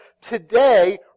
today